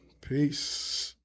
peace